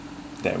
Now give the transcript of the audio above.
that